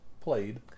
played